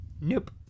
Nope